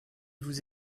vous